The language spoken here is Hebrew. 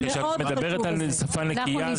כשאת מדברת על שפה נקייה,